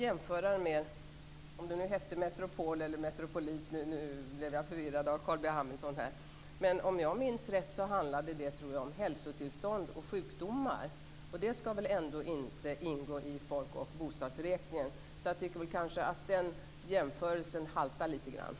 Jag vet inte om det hette Metropol eller Metropolitprojektet - Carl B Hamilton gjorde mig förvirrad - men om jag minns rätt handlade det om hälsotillstånd och sjukdomar. Sådana saker skall väl ändå inte ingå i folk och bostadsräkningen. Jag tycker att den jämförelsen haltar litet grand.